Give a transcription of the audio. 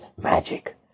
Magic